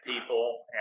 people